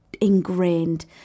ingrained